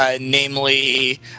namely